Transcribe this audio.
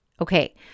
Okay